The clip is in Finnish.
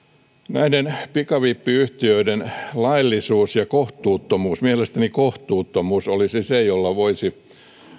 näiden pikavippiyhtiöiden laillisuus ja kohtuuttomuus mielestäni kohtuuttomuus olisi se jonka perusteella voisi